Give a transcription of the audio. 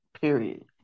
period